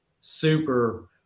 super